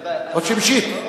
אות שמשית?